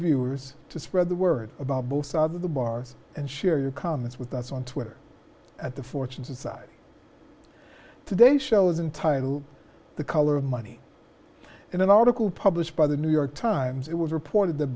viewers to spread the word about both sides of the bars and share your comments with us on twitter at the fortunes of today show isn't titled the color of money in an article published by the new york times it was reported th